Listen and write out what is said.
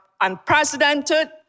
unprecedented